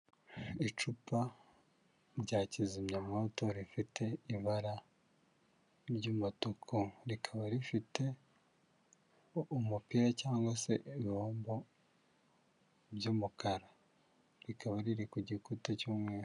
Icupa rya kizimyamwoto rifite ibara ry'umutuku, rikaba rifite umupira cyangwa se ibihombo by'umukara, rikaba riri ku gikuta cy'umweru.